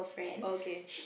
okay